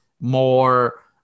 more